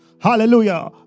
Hallelujah